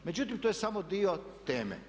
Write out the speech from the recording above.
Međutim, to je samo dio teme.